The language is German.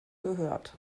gehört